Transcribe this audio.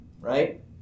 right